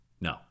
No